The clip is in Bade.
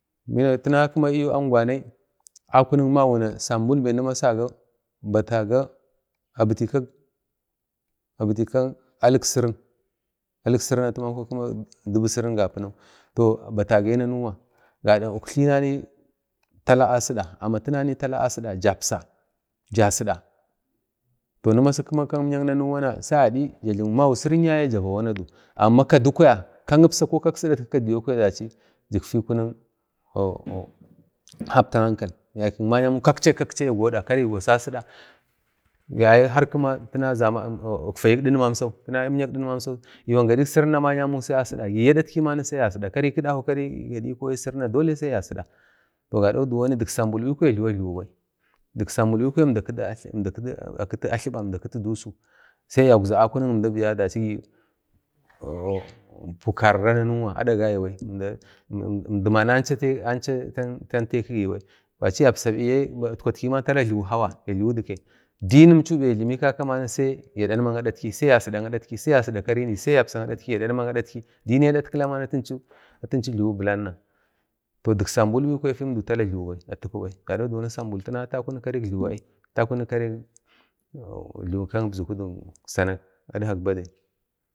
﻿Bina tina kima angwanai akunuk mawuna sambul bai ni masaga abitu kak-abitu kak alik sirin, alik sirin atiyau kima dubusirin ga pinau toh bataga nanauwa gada uktlinanai tala asida amatina tla asida japsa jasida to kima kak imya nanauwa na sa agadi ja jlimik magik sirin yaye ja va wanadu amma kadu kwaya kak ipsa ko kaka sida za kadu kwaya dachi jitfi kunik hapta ankal yaikuk ma'yamau kakche-kakcheya goda karai gosasida yaye har kimatina zaman kitfayik didmamsau əwan gadi sirin sai ma'yamau asida gi adatki ma sai ya sidi kinaka kari gadi ko sirin na dolai sai ya sida toh gado duwon dik sambul bikwaya əmdi akiti atliba əmdi akiti dusu sai yaukza aukini kimda dachi gi pukarra nanuwa əmd bani ancha taikigi bai kwachi yapsa biye itkwatki pira ajiliwi hawa ya jliwi dikai, Dinimctau, abi yajlima kaka ba sai yapsa kadatki sai yasida karini, sai yapsa adatki dinin adatkman atinchu jliwi bilanna toh dik sambul bikwaya fiwundau a jliwibai gado diwoni tana sambul ata kunik kari jliwi ai adkak badai.